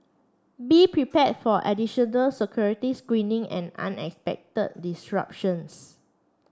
be prepared for additional security screening and unexpected disruptions